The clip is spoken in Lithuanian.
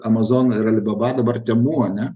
amazon ir ali baba dabar temu ane